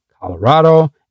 Colorado